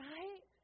Right